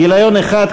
גיליון אחד,